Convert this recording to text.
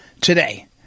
today